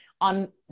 On